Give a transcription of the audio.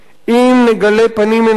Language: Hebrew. אם נגלה פנים אנושיות,